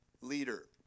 leader